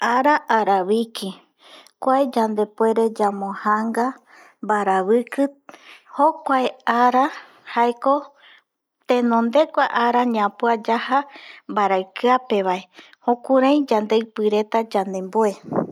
Ara arabiki kuae yande puere yamo janga barabiki, jokuae ara jaeko tenondegua ara ñapua yaja baraikiape bae jukurai yandipi reta